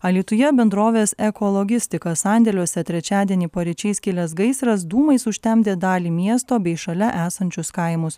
alytuje bendrovės ekologistika sandėliuose trečiadienį paryčiais kilęs gaisras dūmais užtemdė dalį miesto bei šalia esančius kaimus